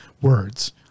words